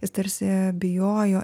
jis tarsi bijojo